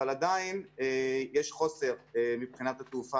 אבל עדיין יש חוסר מבחינת התעופה